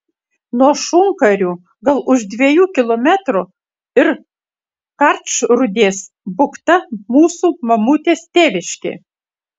nuo šunkarių gal už dviejų kilometrų ir karčrūdės bukta mūsų mamutės tėviškė